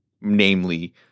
namely